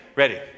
ready